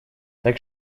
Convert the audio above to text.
так